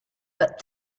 but